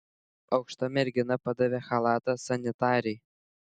aukšta mergina padavė chalatą sanitarei